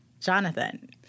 Jonathan